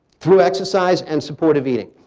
through exercise and supportive eating.